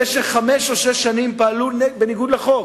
במשך חמש או שש שנים פעלו בניגוד לחוק,